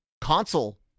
console